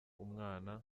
umwana